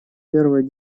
первое